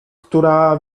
która